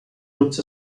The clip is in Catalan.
grups